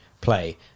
play